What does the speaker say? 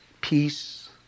peace